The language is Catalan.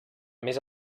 més